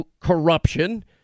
corruption